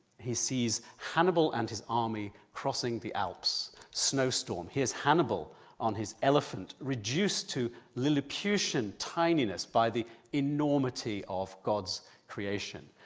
he sees hannibal and his army crossing the alps snowstorm'. here's hannibal on his elephant, reduced to lilliputian tininess by the enormity of god's creation,